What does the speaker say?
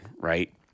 right